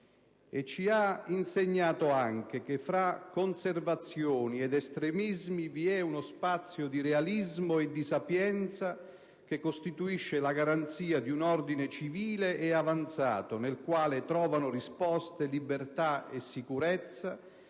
ci ha insegnato anche che fra conservazioni ed estremismi vi è uno spazio di realismo e di sapienza che costituisce la garanzia di un ordine civile ed avanzato, nel quale trovano risposte libertà e sicurezza,